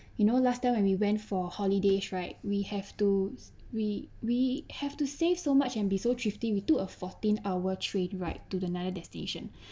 you know last time when we went for holidays right we have to we we have to save so much and be so thrifty we took a fourteen hour train ride to another destination